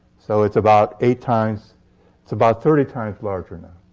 so it's about eight times it's about thirty times larger now.